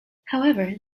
however